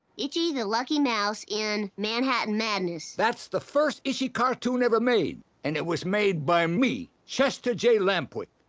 itchy the lucky mouse in manhattan madness. that's the first itchy cartoon ever made, and it was made by me, chester j. lampwick.